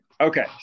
Okay